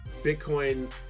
Bitcoin